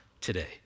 today